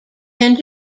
tend